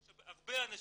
יש הרבה אחיות